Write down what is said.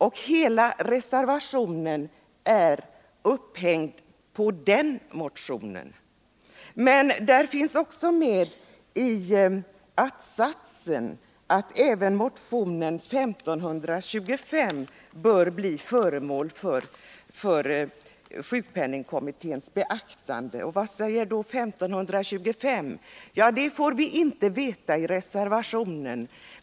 Men i reservationens att-sats nämns också att motionen 1525 bör bli föremål för regeringens beaktande. Vad står det då i denna motion? Ja, det får vi inte veta i reservationen.